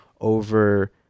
over